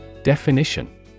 Definition